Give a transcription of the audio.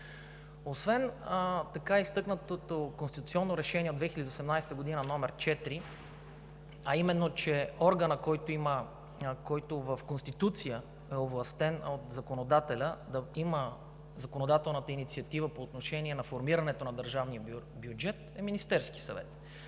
Освен изтъкнатото Конституционно решение от 2018 г. № 4, а именно, че органът, който в Конституцията е овластен от законодателя да има законодателната инициатива по отношение на формирането на държавния бюджет, е Министерският съвет